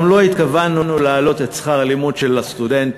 גם לא התכוונו להעלות את שכר הלימוד של הסטודנטים,